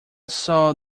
saw